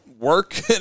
work